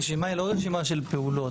הרשימה היא לא רשימה של פעולות,